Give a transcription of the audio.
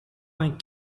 vingt